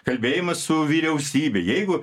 kalbėjimas su vyriausybe jeigu